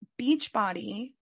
Beachbody